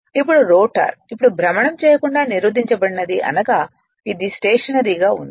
ఇప్పుడు రోటర్ ఇప్పుడు భ్రమణం చేయకుండా నిరోధించబడినది అనగా ఇది స్టేషనరీగా ఉంది